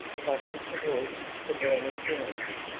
trotting towards the burning village.